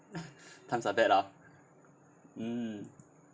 times are bad ah mm